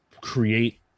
create